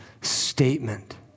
statement